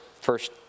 first